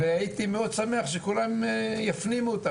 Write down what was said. הייתי מאוד שמח שכולם יפנימו אותה.